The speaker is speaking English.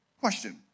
Question